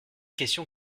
question